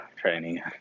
training